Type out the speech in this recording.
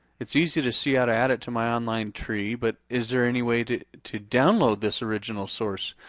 it's easy to see how to add it to my online tree, but is there anyway to to download this original source?